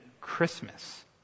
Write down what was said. Christmas